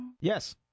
Yes